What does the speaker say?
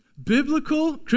Biblical